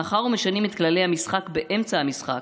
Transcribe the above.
מאחר שמשנים את כללי המשחק באמצע המשחק,